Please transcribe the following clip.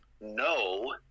no